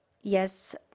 Yes